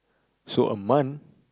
so a month